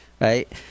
right